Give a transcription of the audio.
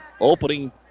opening